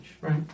Right